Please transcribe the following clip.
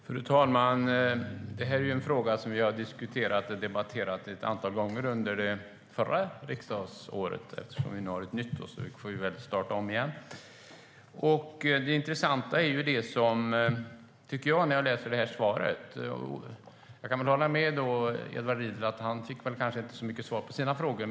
Fru talman! Det här är en fråga som vi har diskuterat och debatterat ett antal gånger under förra riksdagsåret. Eftersom vi nu har ett nytt riksdagsår får vi väl starta om igen. Jag kan hålla med Edvard Riedl om att han kanske inte fick så mycket svar på sina frågor.